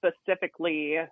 specifically